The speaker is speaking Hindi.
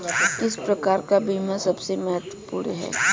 किस प्रकार का बीमा सबसे महत्वपूर्ण है?